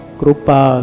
Krupa